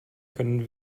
können